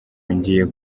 ngiye